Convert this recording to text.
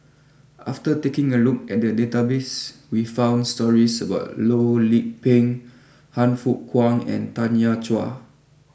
after taking a look at the database we found stories about Loh Lik Peng Han Fook Kwang and Tanya Chua